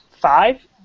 Five